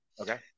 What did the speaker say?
Okay